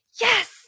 yes